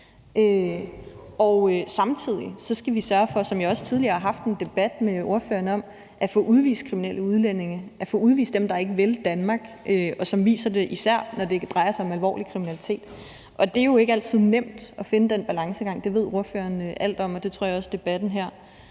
Samtidig skal vi sørge for, som jeg også tidligere har haft en debat med ordføreren om, at få udvist kriminelle udlændinge, at få udvist dem, der ikke vil Danmark, og som viser det, især når det drejer sig om alvorlig kriminalitet. Og det er jo ikke altid nemt at finde den balance. Det ved ordføreren alt om, og det tror jeg også debatten her